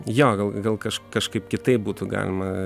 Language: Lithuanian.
jo gal gal kaž kažkaip kitaip būtų galima